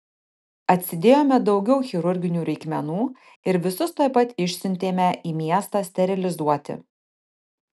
atsidėjome daugiau chirurginių reikmenų ir visus tuoj pat išsiuntėme į miestą sterilizuoti